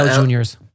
Juniors